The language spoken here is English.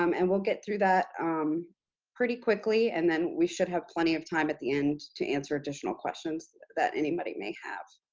um and we'll get through that um pretty quickly, and then we should have plenty of time at the end to answer additional questions that anybody may have.